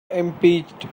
impeached